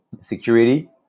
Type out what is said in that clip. security